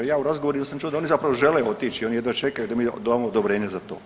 Ja u razgovoru sam čuo da oni zapravo žele otići, oni jedva čekaju da mi damo odobrenje za to.